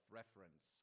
reference